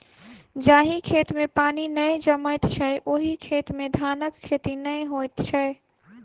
जाहि खेत मे पानि नै जमैत छै, ओहि खेत मे धानक खेती नै होइत छै